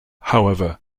however